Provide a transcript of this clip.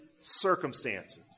circumstances